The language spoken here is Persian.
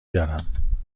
دارم